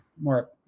more